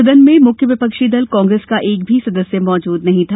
सदन में मुख्य विपक्षी दल कांग्रेस का एक भी सदस्य मौजूद नहीं था